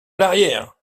l’arrière